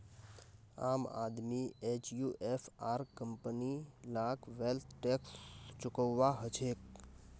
आम आदमी एचयूएफ आर कंपनी लाक वैल्थ टैक्स चुकौव्वा हछेक